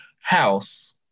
house